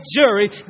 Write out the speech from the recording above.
jury